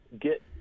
get